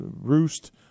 Roost